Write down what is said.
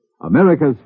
America's